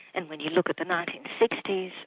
and when you look at the nineteen sixty